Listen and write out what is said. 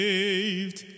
Saved